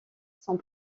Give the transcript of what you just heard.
sont